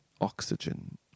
oxygen